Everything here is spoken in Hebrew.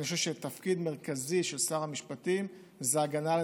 אני חושב שתפקיד מרכזי של שר המשפטים זה הגנה על